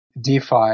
DeFi